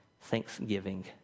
Thanksgiving